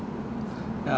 ya I agree like